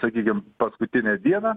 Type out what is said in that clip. sakykim paskutinę dieną